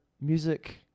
music